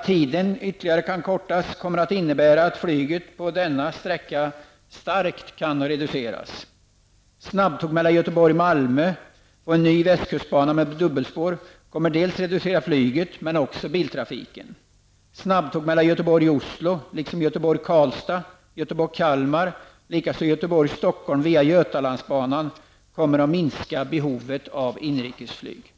att tiden ytterligare kortas kommer att innebära att flyget på denna sträcka starkt kan reduceras. Snabbtåg mellan Göteborg och Malmö och en ny västkustbana med dubbelspår kommer dels att reducera flyget, dels att reducera biltrafiken. Snabbtåg Göteborg--Oslo liksom Göteborg--Karlstad, Göteborg--Kalmar och likaså Göteborg--Stockholm, via Götalandsbanan, kommer att minska behovet av inrikesflyg.